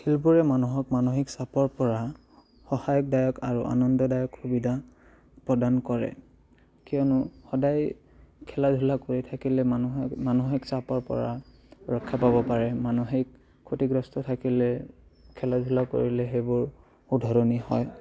খেলবোৰে মানুহক মানসিক চাপৰ পৰা সহায়কদায়ক আৰু আনন্দদায়ক সুবিধা প্ৰদান কৰে কিয়নো সদায় খেলা ধূলা কৰি থাকিলে মানুহক মানসিক চাপৰ পৰা ৰক্ষা পাব পাৰে মানসিক ক্ষতিগ্ৰস্ত থাকিলে খেলা ধূলা কৰিলে সেইবোৰ শুধৰণি হয়